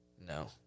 No